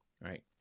right